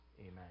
Amen